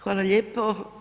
Hvala lijepo.